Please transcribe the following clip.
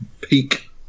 peak